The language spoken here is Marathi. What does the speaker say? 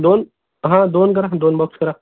दोन हा दोन करा दोन बॉक्स करा